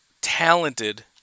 talented